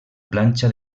planxa